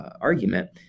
argument